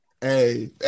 Hey